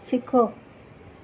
सिखो